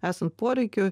esant poreikiui